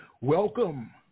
Welcome